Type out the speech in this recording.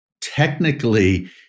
technically